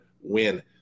win